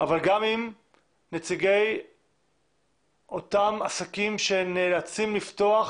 אבל גם עם נציגי אותם עסקים שנאלצים לפתוח